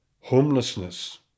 homelessness